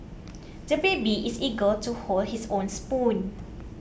the baby is eager to hold his own spoon